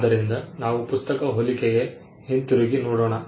ಆದ್ದರಿಂದ ನಾವು ಪುಸ್ತಕ ಹೋಲಿಕೆಗೆ ಹಿಂತಿರುಗಿ ನೋಡೋಣ